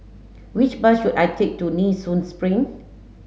which bus should I take to Nee Soon Spring